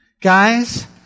guys